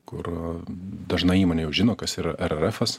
kur dažnai įmonė jau žino kas yra ererefas